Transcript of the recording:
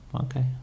Okay